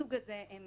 מהסוג הזה הן